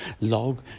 Log